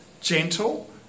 gentle